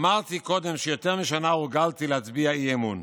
אמרתי קודם שיותר משנה הורגלתי להצביע אי-אמון.